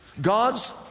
God's